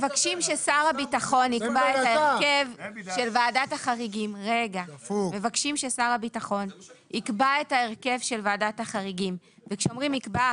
את ההרכב של ועדת החריגים וכשאומרים יקבע,